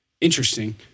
interesting